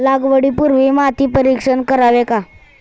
लागवडी पूर्वी माती परीक्षण करावे का?